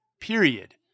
period